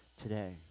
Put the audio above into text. today